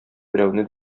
берәүне